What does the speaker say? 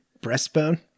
breastbone